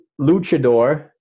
Luchador